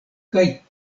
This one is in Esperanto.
kaj